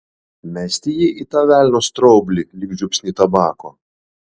mesti jį į tą velnio straublį lyg žiupsnį tabako